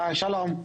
שלום.